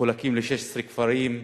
מחולקים ל-16 כפרים,